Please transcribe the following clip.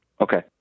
Okay